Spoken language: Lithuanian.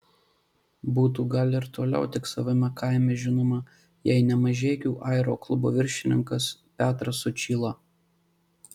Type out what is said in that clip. būtų gal ir toliau tik savame kaime žinoma jei ne mažeikių aeroklubo viršininkas petras sučyla